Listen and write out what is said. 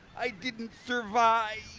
i didn't survive.